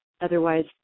otherwise